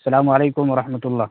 السلام علیکم و رحمۃ اللہ